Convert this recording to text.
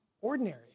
ordinary